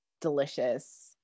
delicious